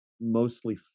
mostly